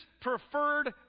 preferred